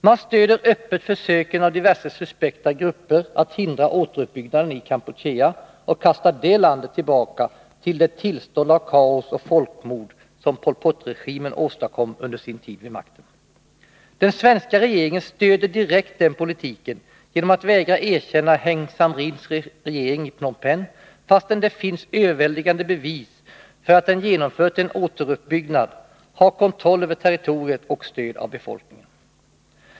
Man stöder öppet försöken av diverse suspekta grupper att hindra återuppbyggnaden i Kampuchea och kasta det landet tillbaka till det tillstånd av kaos och folkmord som Pol Pot-regimen åstadkom under sin tid vid makten. Den svenska regeringen stöder direkt denna politik genom att vägra erkänna Heng Samrins regering i Pnohm Penh, fastän det finns överväldigande bevis för att den har genomfört en återuppbyggnad samt har kontroll över territoriet och stöd av befolkningen.